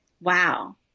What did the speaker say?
Wow